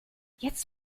jetzt